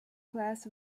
class